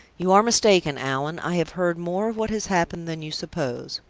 you are mistaken, allan. i have heard more of what has happened than you suppose.